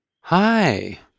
Hi